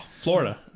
florida